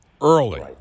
early